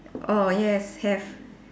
oh yes have